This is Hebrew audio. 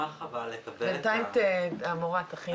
אציג נתונים על ענף הכבלים,